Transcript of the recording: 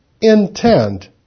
intent